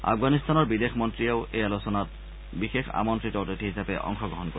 আফগানিস্তানৰ বিদেশ মন্ৰীয়েও এই আলোচনাত বিশেষ আমন্ত্ৰিত অতিথি হিচাপে অংশগ্ৰহণ কৰিব